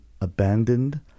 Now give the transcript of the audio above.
abandoned